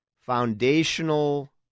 Foundational